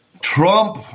Trump